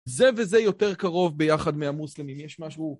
זה וזה יותר קרוב ביחד מהמוסלמים יש משהו